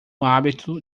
hábito